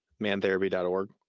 mantherapy.org